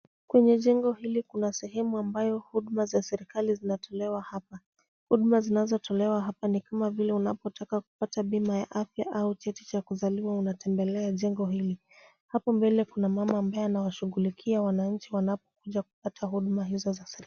Kwenye jengo hili kuna sehemu ambayo huduma za serikali zinatolewa hapa, huduma zinazotolewa hapa ni kama vile unapotaka kupata bima ya afya au cheti cha kuzaliwa unatembelea jengo hili, hapo mbele kuna mama mbaye na washughulikia wananchi wanapokuja kupata huduma hizo za serikali.